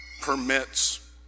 permits